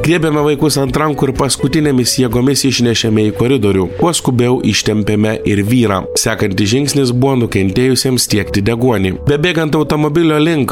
griebėme vaikus ant rankų ir paskutinėmis jėgomis išnešėme į koridorių kuo skubiau ištempėme ir vyrą sekantis žingsnis buvo nukentėjusiems tiekti deguonį bebėgant automobilio link